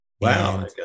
Wow